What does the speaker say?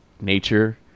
nature